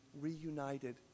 reunited